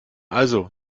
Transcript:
also